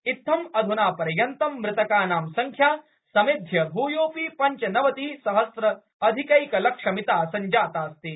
इत्थं अध्ना पर्यन्तं मृतकानां संख्या समेध्य भ्योपि पंचनवति सहस्राधिकैकलक्षमिता संजातास्ति